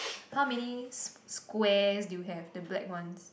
how many s~ squares do you have the black ones